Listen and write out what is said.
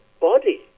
body